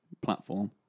platform